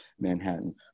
Manhattan